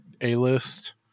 A-list